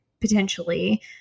potentially